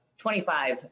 25